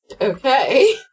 Okay